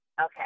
Okay